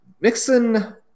Mixon